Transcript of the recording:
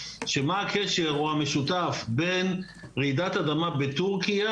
שמה הקשר או המשותף בין רעידת אדמה בטורקיה